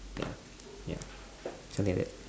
ya ya something like that